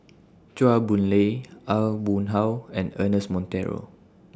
Chua Boon Lay Aw Boon Haw and Ernest Monteiro